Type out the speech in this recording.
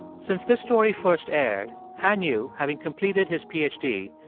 since this story first aired, han yu, having completed his ph d,